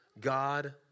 God